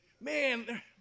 Man